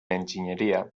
enginyeria